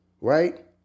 Right